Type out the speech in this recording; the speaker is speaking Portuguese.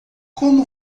como